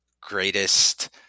greatest